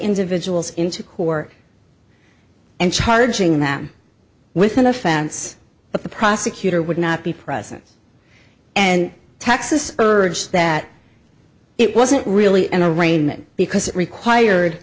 individuals into corps and charging them with an offense but the prosecutor would not be present and texas urged that it wasn't really an arraignment because it required